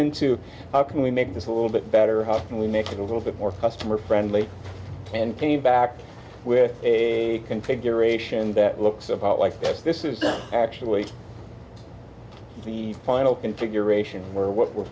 into how can we make this a little bit better how can we make it a little bit more customer friendly and came back with a configuration that looks about like that this is actually the final configuration or what we're